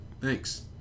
Thanks